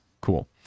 Cool